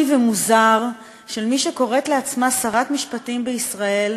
ומוזר של מי שקוראת לעצמה שרת משפטים בישראל,